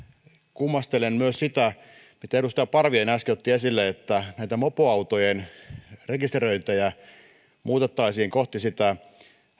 kummastelen myös sitä että edustaja parviainen äsken otti esille että näitä mopoautojen rekisteröintejä muutettaisiin kohti sitä